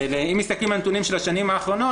אם מסתכלים על הנתונים של השנים האחרונות,